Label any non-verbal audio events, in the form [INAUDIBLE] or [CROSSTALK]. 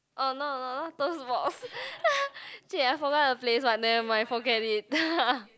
uh no no not Toast-Box [LAUGHS] !shit! I forgot the place one but never mind forget it [LAUGHS]